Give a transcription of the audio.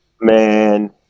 Man